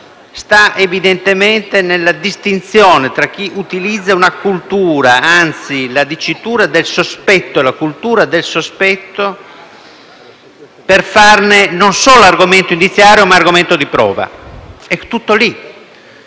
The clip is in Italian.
sta evidentemente nella distinzione tra chi utilizza l'enunciazione del sospetto e la cultura del sospetto per farne non solo argomento indiziario, ma argomento di prova. È tutto lì.